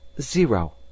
zero